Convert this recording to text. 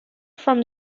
from